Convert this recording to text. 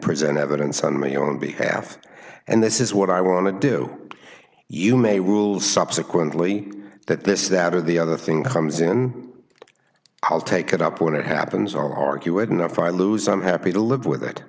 present evidence on my own behalf and this is what i want to do you may rule subsequently that this that or the other thing comes in i'll take it up when it happens all argue it enough i lose i'm happy to live with it